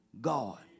God